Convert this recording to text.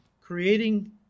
creating